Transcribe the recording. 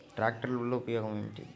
ట్రాక్టర్లు వల్లన ఉపయోగం ఏమిటీ?